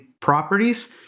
properties